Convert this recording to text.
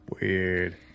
Weird